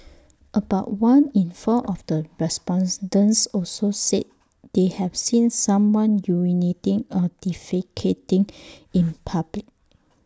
about one in four of the response dents also said they have seen someone urinating or defecating in public